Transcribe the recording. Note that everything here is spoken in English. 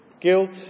guilt